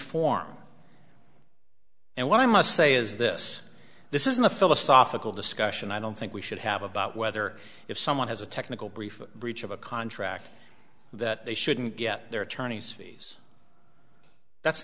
form and what i must say is this this isn't a philosophical discussion i don't think we should have about whether if someone has a technical brief breach of a contract that they shouldn't get their attorney's fees that's